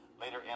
later